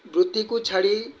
ବୃତ୍ତିକୁ ଛାଡ଼ି